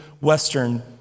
Western